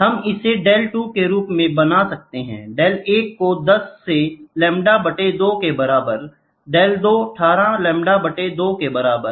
हम इसे डेल 2 के रूप में बना सकते हैं डेल 1 को 10 से लैम्बडा बटे 2 के बराबर डेल 2 18 लैम्बडा बटे 2 के बराबर